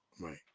right